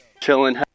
Chilling